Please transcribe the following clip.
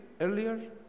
earlier